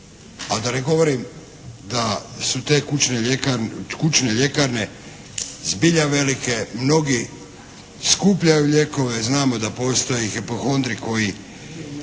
A da ne govorim da su te kućne ljekarne zbilja velike, mnogi skupljaju lijekove, znamo da postoje hipohondri koji